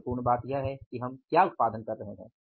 महत्वपूर्ण बात यह है कि हम क्या उत्पादन कर रहे हैं